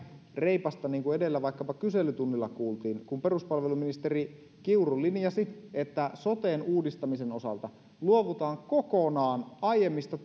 reipasta niin kuin edellä vaikkapa kyselytunnilla kuultiin kun peruspalveluministeri kiuru linjasi että soten uudistamisen osalta luovutaan kokonaan aiemmista